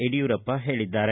ಯಡಿಯೂರಪ್ಪ ಹೇಳಿದ್ದಾರೆ